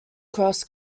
cross